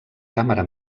càmera